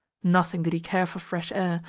nothing did he care for fresh air,